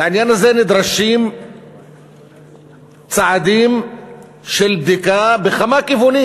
לעניין הזה נדרשים צעדים של בדיקה בכמה כיוונים.